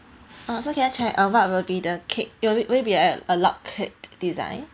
uh so can I check uh what will be the cake it will wait will be uh a log cake design